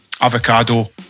avocado